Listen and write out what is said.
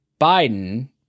Biden